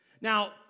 Now